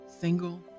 single